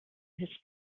his